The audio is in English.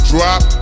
Drop